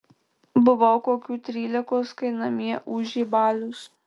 buvau kokių trylikos kai namie ūžė balius